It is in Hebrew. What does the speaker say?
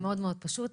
מאוד-מאוד פשוט.